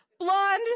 Blonde